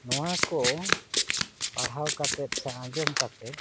ᱱᱚᱣᱟ ᱠᱚ ᱯᱟᱲᱦᱟᱣ ᱠᱟᱛᱮ ᱥᱮ ᱟᱸᱡᱚᱢ ᱠᱟᱛᱮ